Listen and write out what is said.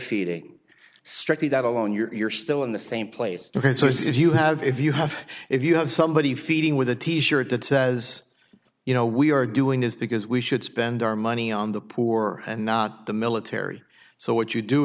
feeding strictly that alone you're still in the same place so if you have if you have if you have somebody feeding with a t shirt that says you know we are doing this because we should spend our money on the poor and not the military so what you do